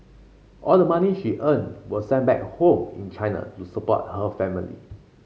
all the money she earned was sent back home in China to support her family